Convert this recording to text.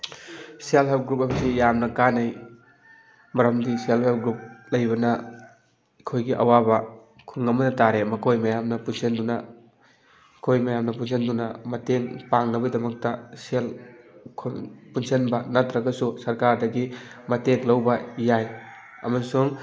self help group ꯍꯥꯏꯕꯁꯤ ꯌꯥꯝꯅ ꯀꯥꯟꯅꯩ ꯃꯔꯝꯗꯤ ꯁꯦꯜꯞ ꯍꯦꯜꯞ ꯒ꯭ꯔꯨꯞ ꯂꯩꯕꯅ ꯑꯩꯈꯣꯏꯒꯤ ꯑꯋꯥꯕ ꯈꯨꯟ ꯑꯃꯗ ꯇꯥꯔꯦ ꯃꯈꯣꯏ ꯃꯌꯥꯝꯅ ꯄꯨꯟꯁꯤꯟꯗꯨꯅ ꯑꯩꯈꯣꯏ ꯃꯌꯥꯝꯅ ꯄꯨꯟꯁꯟꯗꯨꯅ ꯃꯇꯦꯡ ꯄꯥꯡꯅꯕꯩꯗꯃꯛꯇ ꯁꯦꯜ ꯄꯨꯟꯁꯟꯕ ꯅꯠꯇ꯭ꯔꯒꯁꯨ ꯁꯔꯀꯥꯗꯒꯤ ꯃꯇꯦꯡ ꯂꯧꯕ ꯌꯥꯏ ꯑꯃꯁꯨꯡ